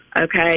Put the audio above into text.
okay